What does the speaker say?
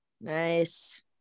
Nice